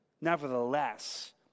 Nevertheless